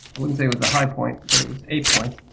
wouldn't say it was the high point but it was a point,